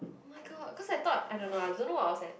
oh-my-god cause I thought I don't know what was that